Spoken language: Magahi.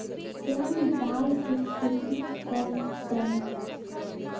श्याम दाल के खेती कर तय